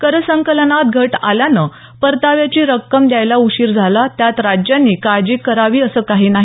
करसंकलनात घट आल्यानं परताव्याची रक्कम द्यायला उशीर झाला त्यात राज्यांनी काळजी करावी असं काही नाही